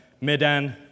Medan